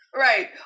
Right